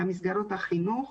במסגרות החינוך.